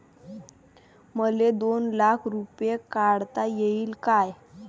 मले दोन लाख रूपे काढता येईन काय?